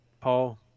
paul